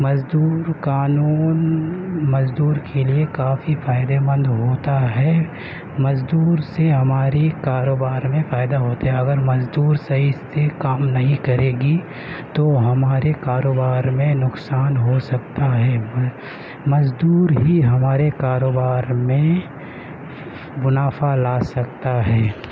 مزدور قانون مزدور کے لیے کافی فائدہ مند ہوتا ہے مزدور سے ہماری کاروبار میں فائدہ ہوتا ہے اگر مزدور صحیح سے کام نہیں کرے گی تو ہمارے کاروبار میں نقصان ہو سکتا ہے مزدور ہی ہمارے کاروبار میں منافع لا سکتا ہے